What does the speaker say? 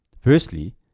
Firstly